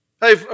Hey